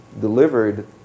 delivered